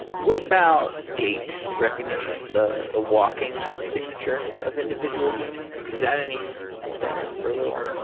what about gate recognition, the the walking signature of individual humans? is that any any better further along?